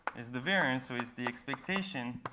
is the variance, or is the expectation,